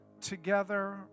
together